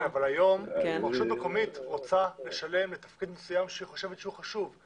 אבל היום אם רשות מקומית רוצה לשלם לתפקיד מסוים שהיא חושבת שהוא חשוב,